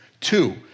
Two